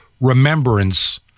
remembrance